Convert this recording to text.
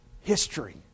history